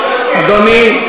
אדוני,